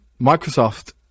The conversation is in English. Microsoft